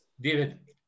David